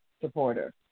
supporter